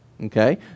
Okay